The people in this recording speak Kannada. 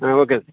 ಹಾಂ ಓಕೆ